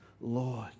Lord